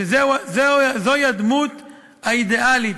שזוהי הדמות האידיאלית,